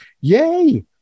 Yay